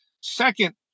Second